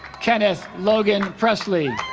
kenneth logan pressley